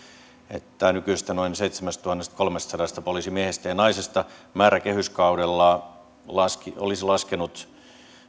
että nykyisestä noin seitsemästätuhannestakolmestasadasta poliisimiehestä ja naisesta määrä kehyskaudella olisi laskenut